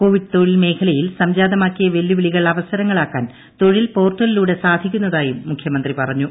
Covid തൊഴിൽമേഖലയിൽ സംജാതമാക്കിയ വെല്ലുവിളികൾ അവസരങ്ങളാക്കാൻ തൊഴിൽ പോർട്ടലിലൂടെ സാധിക്കുന്നതായും മുഖ്യമന്ത്രി പറഞ്ഞു